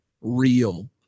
real